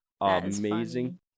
Amazing